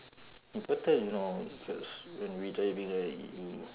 important you know cause when we driving right you